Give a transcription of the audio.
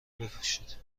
بپوشید